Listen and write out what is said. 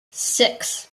six